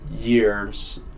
years